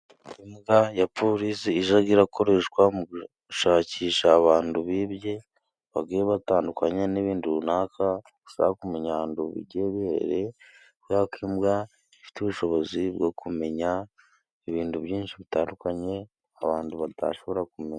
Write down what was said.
Imbwa ya polisi ijaga irakoreshwa mu gushakisha abandu bibye, bagiye batandukanye, n'ibindu runaka, bisaba kumenya ahandu bigiye biherereye, kubera ko imbwa ifite ubushobozi bwo kumenya ibindu byinshi bitandukanye, abantu badashobora kumenya.